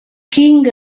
king